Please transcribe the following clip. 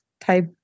type